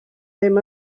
ddim